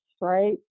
right